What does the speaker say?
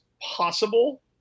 possible